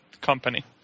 company